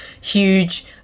huge